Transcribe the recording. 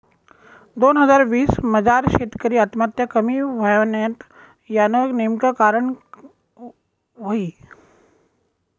दोन हजार वीस मजार शेतकरी आत्महत्या कमी व्हयन्यात, यानं नेमकं काय कारण व्हयी?